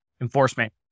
enforcement